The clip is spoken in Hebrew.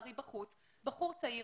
בחוץ בחור צעיר,